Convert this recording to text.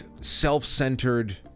self-centered